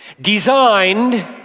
designed